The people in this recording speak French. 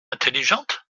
intelligente